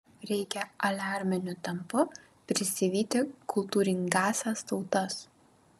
reikia aliarminiu tempu prisivyti kultūringąsias tautas